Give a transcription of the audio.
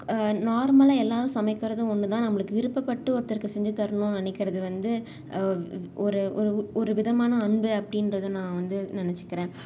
நார்மலாக எல்லாேரும் சமைக்கிறதும் ஒன்றுதான் நம்மளுக்கு விருப்பப்பட்டு ஒருத்தருக்கு செஞ்சுத்தரணுன்னு நினைக்குறது வந்து ஒரு ஒரு ஒரு விதமான அன்பு அப்படின்றத நான் வந்து நினைச்சுக்குறேன்